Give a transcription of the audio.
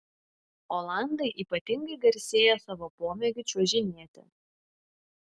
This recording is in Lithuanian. olandai ypatingai garsėja savo pomėgiu čiuožinėti